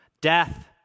Death